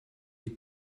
des